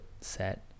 set